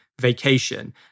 vacation